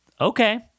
Okay